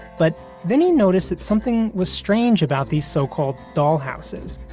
but then he noticed that something was strange about these so-called dollhouses.